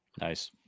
Nice